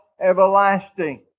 everlasting